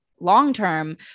long-term